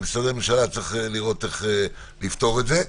משרדי ממשלה צריכים לראות איך לפתור את הדבר הזה.